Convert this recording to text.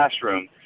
classroom